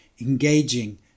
engaging